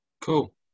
cool